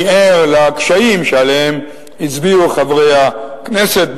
אני ער לקשיים שעליהם הצביעו חברי הכנסת,